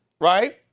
right